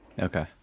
Okay